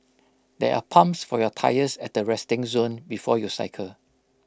there are pumps for your tyres at the resting zone before you cycle